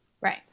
Right